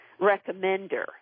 recommender